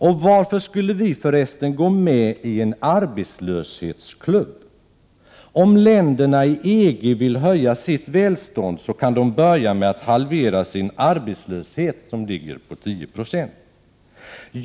Och varför skulle vi förresten gå med i en arbetslöshets klubb? Om länderna i EG vill höja sitt välstånd, så kan de börja med att halvera sin arbetslöshet som ligger på 10 26.